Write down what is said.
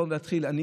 אני,